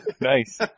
Nice